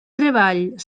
treball